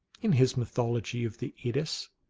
in his mythology of the eddas,